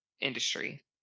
industry